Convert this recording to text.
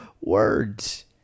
words